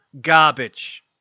garbage